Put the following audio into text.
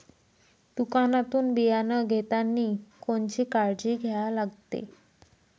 दुकानातून बियानं घेतानी कोनची काळजी घ्या लागते?